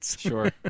Sure